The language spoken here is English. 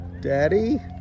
Daddy